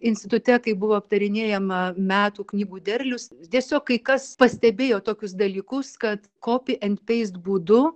institute kai buvo aptarinėjama metų knygų derlius tiesiog kai kas pastebėjo tokius dalykus kad kopi end peist būdu